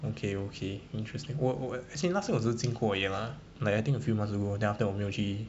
okay okay interesting 我我我 as in last year 我只是经过而已 lah like I think a few months ago then after that 我没有去